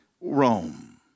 Rome